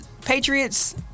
Patriots